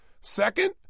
Second